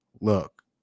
look